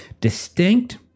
distinct